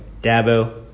Dabo